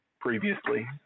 previously